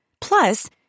Plus